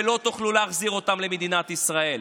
ולא תוכלו להחזיר אותם למדינת ישראל.